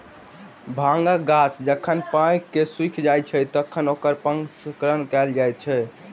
भांगक गाछ जखन पाइक क सुइख जाइत छै, तखन ओकरा प्रसंस्करण कयल जाइत अछि